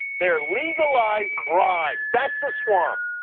they are legalized bribes, that's the swamp.